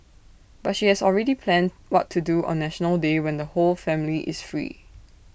but she has already planned what to do on National Day when the whole family is free